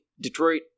Detroit